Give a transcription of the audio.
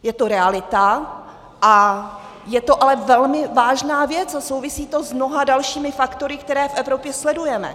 Je to realita a je to ale velmi vážná věc a souvisí to s mnoha dalšími faktory, které v Evropě sledujeme.